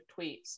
tweets